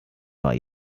war